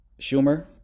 Schumer